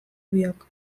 biak